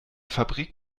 fabrik